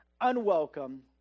unwelcome